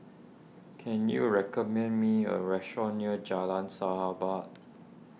can you recommend me a restaurant near Jalan Sahabat